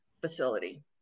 facility